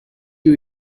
you